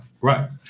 right